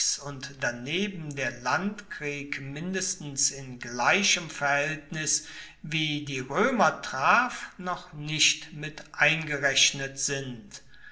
und daneben der landkrieg mindestens in gleichem verhaeltnis wie die roemer traf noch nicht mit eingerechnet sind